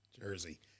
Jersey